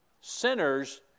sinners